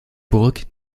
burg